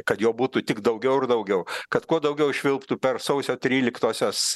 kad jo būtų tik daugiau ir daugiau kad kuo daugiau švilptų per sausio tryliktosios